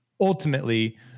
Ultimately